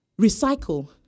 recycle